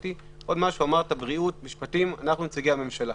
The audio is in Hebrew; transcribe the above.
אמרת בריאות ומשפטים אנחנו נציגי הממשלה,